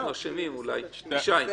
ישי.